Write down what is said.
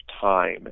time